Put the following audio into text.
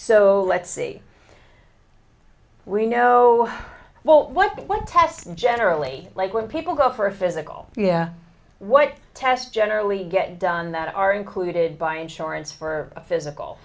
so let's see we know well what what tests generally like when people go for a physical yeah what tests generally get done that are included by insurance for a physical